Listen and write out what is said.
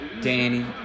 Danny